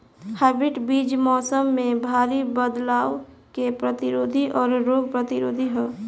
hybrid बीज मौसम में भारी बदलाव के प्रतिरोधी और रोग प्रतिरोधी ह